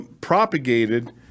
propagated